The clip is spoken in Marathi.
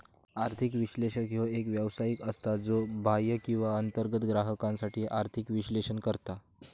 आर्थिक विश्लेषक ह्यो एक व्यावसायिक असता, ज्यो बाह्य किंवा अंतर्गत ग्राहकांसाठी आर्थिक विश्लेषण करता